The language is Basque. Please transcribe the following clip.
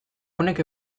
honek